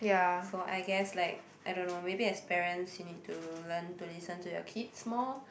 so I guess like I don't know maybe as parents you need to learn to listen to your kids more